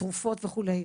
התרופות וכולי.